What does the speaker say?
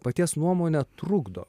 paties nuomone trukdo